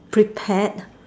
prepared